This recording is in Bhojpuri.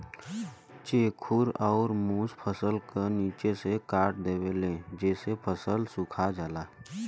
चेखुर अउर मुस फसल क निचे से काट देवेले जेसे फसल सुखा जाला